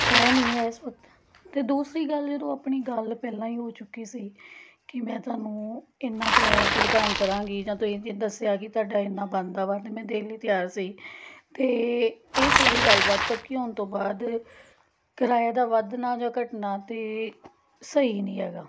ਹੈ ਨਹੀਂ ਹੈ ਇਸ ਵਕਤ ਤਾਂ ਦੂਸਰੀ ਗੱਲ ਜਦੋਂ ਆਪਣੀ ਗੱਲ ਪਹਿਲਾਂ ਹੀ ਹੋ ਚੁੱਕੀ ਸੀ ਕਿ ਮੈਂ ਤੁਹਾਨੂੰ ਇੰਨਾ ਕਿਰਾਇਆ ਭੁਗਤਾਨ ਕਰਾਂਗੀ ਜਾਂ ਤੁਸੀਂ ਤਾਂ ਦੱਸਿਆ ਕਿ ਤੁਹਾਡਾ ਇੰਨਾ ਬਣਦਾ ਵਾ ਅਤੇ ਮੈਂ ਦੇਣ ਲਈ ਤਿਆਰ ਸੀ ਅਤੇ ਇਹ ਸਾਰੀ ਗੱਲਬਾਤ ਪੱਕੀ ਹੋਣ ਤੋਂ ਬਾਅਦ ਕਿਰਾਏ ਦਾ ਵਧਣਾ ਜਾਂ ਘਟਣਾ ਤਾਂ ਸਹੀ ਨਹੀਂ ਹੈਗਾ